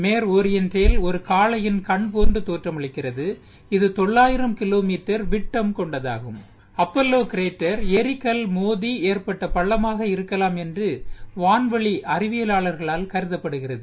மேற் ஒரியண்டல் ஒரு காளையின் கண் போன்று தோற்றமளிக்கிறது இது தொள்ளாயிரம் கிலோ மீட்டர் விட்டம் கொண்டதாகம் அப்பல்லோ கிரோட்டர் எரிக்கல் மோதி எற்பட்ட பள்ளமக இருக்கலாம் என்று வாள்வெளி அறிவியலாளர்களால் கருதப்படுகிறது